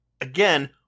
Again